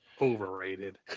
Overrated